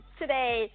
today